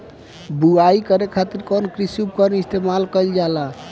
बुआई करे खातिर कउन कृषी उपकरण इस्तेमाल कईल जाला?